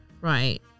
right